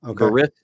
Okay